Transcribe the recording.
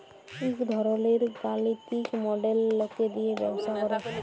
ইক ধরলের গালিতিক মডেল লকে দিয়ে ব্যবসা করে